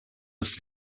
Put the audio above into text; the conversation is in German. ist